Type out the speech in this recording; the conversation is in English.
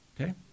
Okay